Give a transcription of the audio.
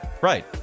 Right